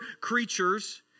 creatures